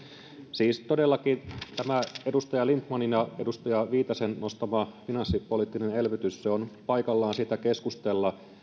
siis todellakin tästä edustaja lindtmanin ja edustaja viitasen nostamasta finanssipoliittisesta elvytyksestä on paikallaan keskustella